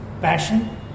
passion